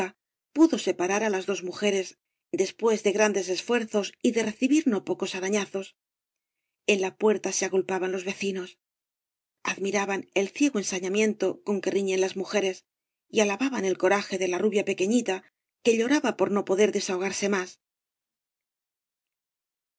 pudo separar á las dos mujeres después de grandes esfuerzos y de recibir no pocos arañazos la puerta se agolpaban los vecibos admiraban el ciego ensañamiento con que nñen las mujeres y alababan el coraje de la rubia pequefiíta que lloraba por no poder desahogarse más